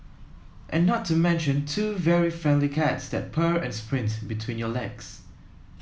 and not to mention two very friendly cats that purr and sprint between your legs